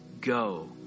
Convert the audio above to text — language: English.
Go